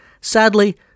Sadly